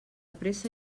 pressa